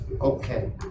Okay